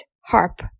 harp